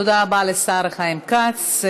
תודה רבה לשר חיים כץ.